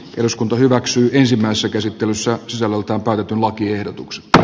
eduskunta hyväksyy ensimmäisessä käsittelyssään sellutehtaan lakiehdotuksesta